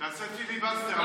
ויתרתי לך על תשע שעות.